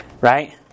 right